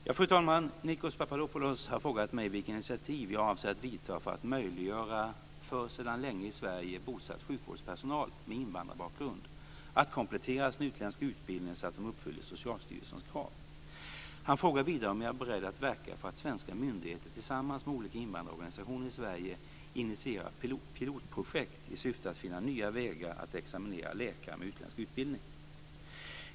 Fru talman! Nikos Papadopoulos har frågat mig vilka initiativ jag avser att vidta för att möjliggöra för sedan länge i Sverige bosatt sjukvårdspersonal med invandrarbakgrund att komplettera sin utländska utbildning så att den uppfyller Socialstyrelsen krav. Han frågar vidare om jag är beredd att verka för att svenska myndigheter tillsammans med olika invandrarorganisationer i Sverige initierar pilotprojekt i syfte att finna nya vägar att examinera läkare med utländsk utbildning.